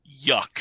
yuck